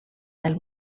del